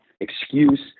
excuse